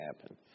happen